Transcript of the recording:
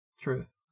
Truth